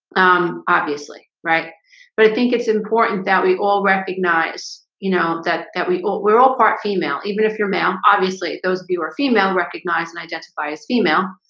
obviously, right but i think it's important that we all recognize you know that that we all we're all part female even if you're male, obviously those of you are female recognize and identify as female